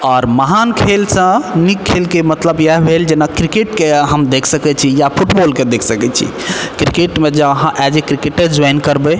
आओर महान खेलसँ नीक खेलके मतलब इएह भेल जेना क्रिकेटके हम देख सकैत छी या फुटबौलके देख सकैत छै क्रिकेटमे जे अहाँ एज ए क्रिकेटर जोइन करबै